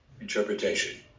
interpretation